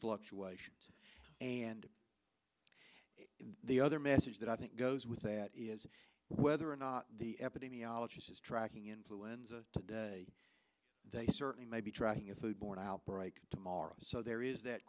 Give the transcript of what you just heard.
fluctuations and the other message that i think goes with that is whether or not the epidemiologist is tracking influenza today they certainly may be tracking a food borne outbreak tomorrow so there is that